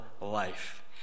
life